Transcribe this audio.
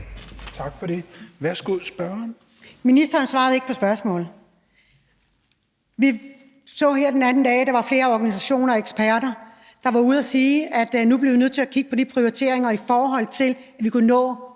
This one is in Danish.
Ministeren svarede ikke på spørgsmålet. Vi så her den anden dag, at der var flere organisationer og eksperter, der var ude at sige, at nu bliver vi nødt til at kigge på prioriteringerne i forhold til at kunne nå